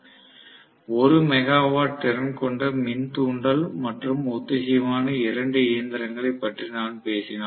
1 megawatt திறன் கொண்ட மின் தூண்டல் மற்றும் ஒத்திசைவைவான இரண்டு இயந்திரங்களை பற்றி நான் பேசினால்